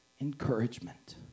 encouragement